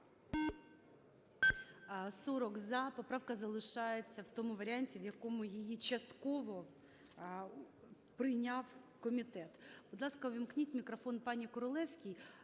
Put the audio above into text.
За-40 Поправка залишається в тому варіанті, в якому її частково прийняв комітет.